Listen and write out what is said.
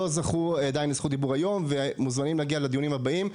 זכו עדיין בזכות דיבור היום ומוזמנים להגיע לדיונים הבאים.